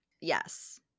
Yes